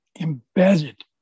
embedded